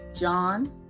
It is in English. John